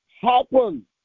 happen